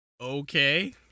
Okay